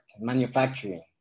manufacturing